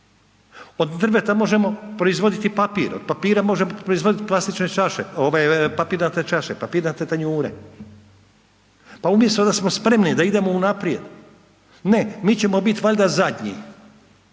Od drveta možemo proizvoditi papir, od papira možemo proizvoditi papirnate čaše, papirnate tanjure. Pa umjesto da smo spremni da idemo unaprijed, ne, mi ćemo biti valjda zadnji.